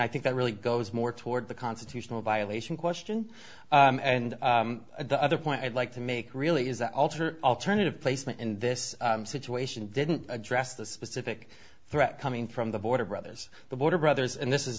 i think that really goes more toward the constitutional violation question and the other point i'd like to make really is that alter alternative placement in this situation didn't address the specific threat coming from the border brothers the border brothers and this is